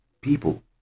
people